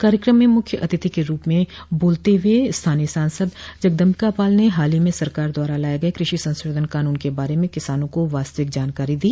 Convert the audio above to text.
कार्यक्रम में मुख्य अतिथि के रूप में बोलते हुए स्थानीय सांसद जगदम्बिका पाल ने हाल ही में सरकार द्वारा लाये गये कृषि संशोधन कानून के बारे में किसानों को वास्तविक जानकारी दी